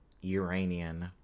Uranian